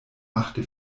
machte